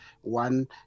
one